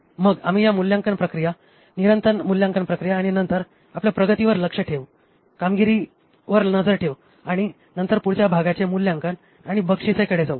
मग आम्ही या मूल्यांकन प्रक्रिया निरंतर मूल्यांकन प्रक्रिया आणि नंतर आपण आपल्या प्रगतीवर लक्ष ठेवू कामगिरीवर नजर ठेवू आणि नंतर पुढच्या भागाचे मूल्यांकन आणि बक्षिसेकडे जाऊ